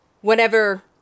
whenever